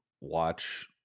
watch